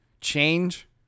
change